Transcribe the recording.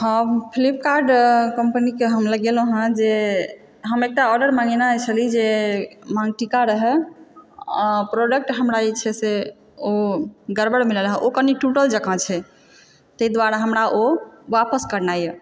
हम फ्लिपकार्ट कम्पनीकेँ हम लगेलहुँ हँ जे हम एकटा आर्डर मँगेनय छली जे माँग टीका रहय प्रोडॅक्ट हमरा जे छै से ओ गड़बड़ मिलल हँ ओ कनि टुटल जकाँ छै ताहि दुआरे हमरा ओ आपस करनाइए